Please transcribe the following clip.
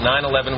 9-11